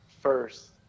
first